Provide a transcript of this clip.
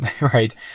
right